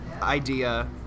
idea